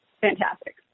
fantastic